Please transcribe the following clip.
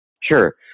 Sure